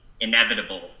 inevitable